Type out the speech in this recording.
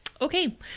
Okay